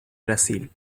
brasil